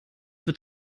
wird